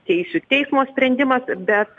teisių teismo sprendimas bet